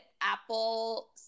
apple